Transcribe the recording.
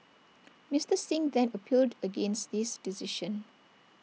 Mister Singh then appealed against this decision